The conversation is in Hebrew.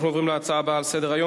אנחנו עוברים להצעות הבאות לסדר-היום